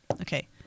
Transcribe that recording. okay